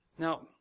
Now